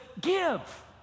give